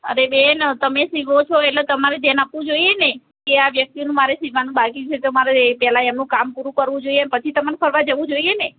અરે બેન તમે સિવો છો એટલે તમારે ધ્યાન આપવું જોઈએને કે આ વ્યક્તિનું મારે સિવવાનું બાકી છે તો મારે પહેલાં એમનું કામ પૂરું કરવું જોઈયે પછી તમારે ફરવા જવું જોઈએને